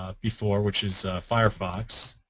ah before which is firefox.